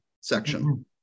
section